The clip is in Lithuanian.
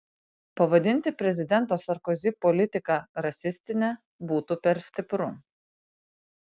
pavadinti prezidento sarkozi politiką rasistine būtų per stipru